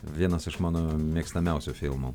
vienas iš mano mėgstamiausių filmų